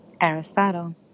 Aristotle